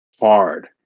hard